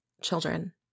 children